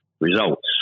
results